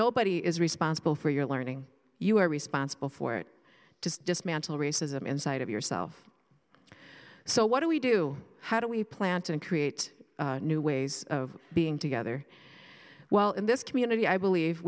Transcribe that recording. nobody is responsible for your learning you are responsible for it to dismantle racism inside of yourself so what do we do how do we plant and create new ways of being together while in this community i believe